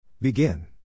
begin